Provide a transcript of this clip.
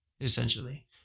essentially